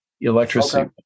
electricity